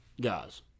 guys